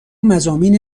مضامین